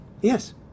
Yes